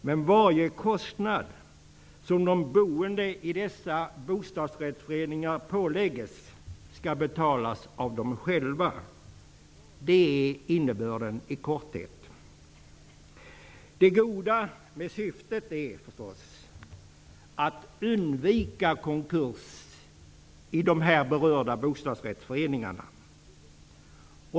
Men varje kostnad som läggs på de boende i dessa bostadsrättsföreningar skall betalas av dem själva. Det är innebörden i korthet. Det goda med syftet är förstås att undvika konkurs i de berörda bostadsrättsföreningarna.